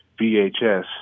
VHS